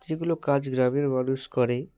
যেগুলো কাজ গ্রামের মানুষ করে